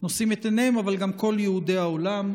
נושאים את עיניהם, אבל גם כל יהודי העולם.